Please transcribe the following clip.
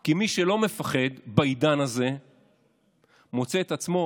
כי מי שלא מפחד בעידן הזה מוצא את עצמו